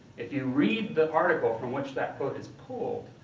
if you read the article from which that quote is pulled,